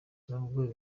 n’ubwo